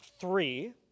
three